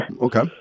Okay